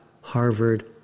Harvard